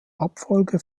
abfolge